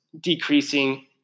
decreasing